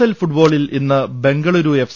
L ഫുട്ബോളിൽ ഇന്ന് Bengaluru F